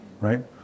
Right